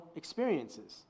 experiences